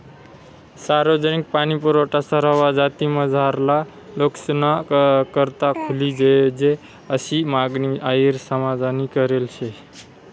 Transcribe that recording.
सार्वजनिक पाणीपुरवठा सरवा जातीमझारला लोकेसना करता खुली जोयजे आशी मागणी अहिर समाजनी करेल शे